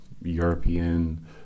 European